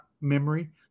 memory